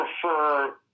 prefer